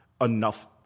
enough